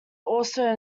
also